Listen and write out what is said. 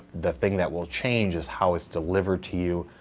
the thing that will change is how it's delivered to you,